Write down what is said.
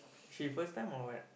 he first time or what